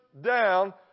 down